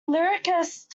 lyricist